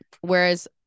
whereas